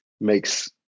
makes